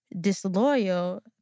disloyal